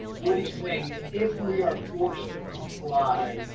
what he's saying is if we are forced to comply,